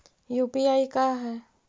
UPI का है?